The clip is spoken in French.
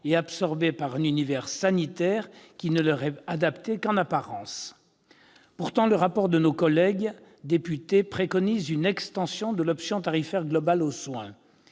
absorbées par un univers sanitaire qui ne leur est adapté qu'en apparence. Pourtant, le rapport de nos collègues députés préconise une extension de l'option tarifaire globale aux soins,